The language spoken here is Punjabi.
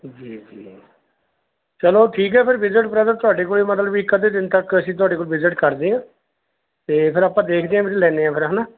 ਜੀ ਜੀ ਚਲੋ ਠੀਕ ਹੈ ਫਿਰ ਵਿਜਿਟ ਬ੍ਰਦਰ ਤੁਹਾਡੇ ਕੋਲ ਮਤਲਬ ਵੀ ਇਕ ਅੱਧੇ ਦਿਨ ਤੱਕ ਅਸੀਂ ਤੁਹਾਡੇ ਕੋਲ ਵਿਜਿਟ ਕਰਦੇ ਹਾਂ ਅਤੇ ਫਿਰ ਆਪਾਂ ਦੇਖਦੇ ਹਾਂ ਅਤੇ ਲੈਂਦੇ ਹਾਂ ਫਿਰ ਹੈ ਨਾ